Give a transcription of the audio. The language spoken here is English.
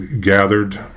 gathered